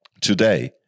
today